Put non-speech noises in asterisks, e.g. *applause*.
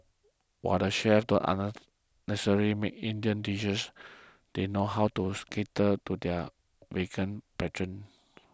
while the chefs don't *unintelligible* make Indian dishes they know how to cater to their vegan patrons